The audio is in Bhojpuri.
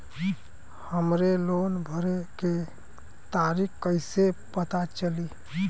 हमरे लोन भरे के तारीख कईसे पता चली?